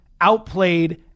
outplayed